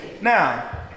Now